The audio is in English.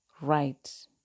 right